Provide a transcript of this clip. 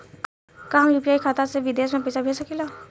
का हम यू.पी.आई खाता से विदेश म पईसा भेज सकिला?